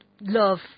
love